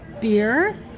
beer